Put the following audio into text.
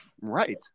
Right